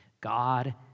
God